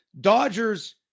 Dodgers